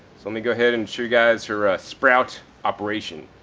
so let me go ahead and show you guys her sprouts operation.